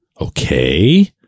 Okay